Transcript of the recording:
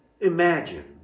Imagine